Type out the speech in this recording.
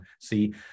see